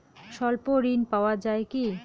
স্বল্প ঋণ পাওয়া য়ায় কি?